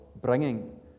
bringing